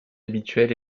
habituel